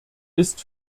ist